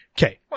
Okay